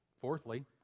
Fourthly